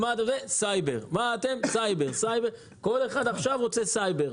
כל אחד עכשיו רוצה סייבר.